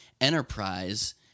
enterprise